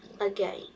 again